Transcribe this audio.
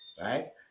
Right